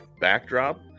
backdrop